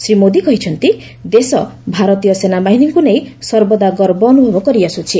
ଶ୍ରୀ ମୋଦି କହିଛନ୍ତି ଦେଶ ଭାରତୀୟ ସେନାବାହିନୀକୁ ନେଇ ସର୍ବଦା ଗର୍ବ ଅନୁଭବ କରିଆସୁଛି